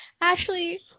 Ashley